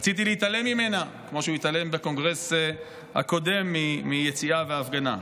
ורציתי להתעלם ממנה" כמו שהוא התעלם בקונגרס הקודם מיציאה והפגנה,